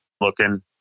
looking